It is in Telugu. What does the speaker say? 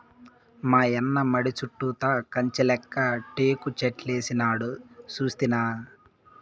మాయన్న మడి చుట్టూతా కంచెలెక్క టేకుచెట్లేసినాడు సూస్తినా